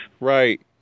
Right